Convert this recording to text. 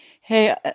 Hey